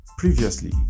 Previously